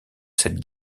cette